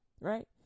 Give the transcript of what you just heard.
right